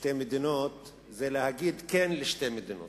שתי מדינות זה להגיד כן לשתי מדינות.